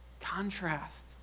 Contrast